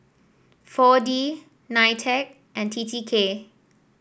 four D Nitec and T T K